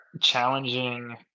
Challenging